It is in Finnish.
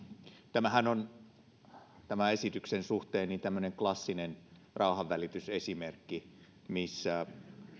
tämähän on tämän esityksen suhteen tämmöinen klassinen rauhanvälitysesimerkki missä